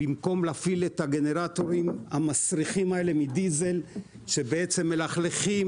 במקום להפעיל את הגנרטורים המסריחים מדיזל שבעצם מלכלכים